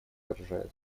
отражает